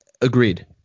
Agreed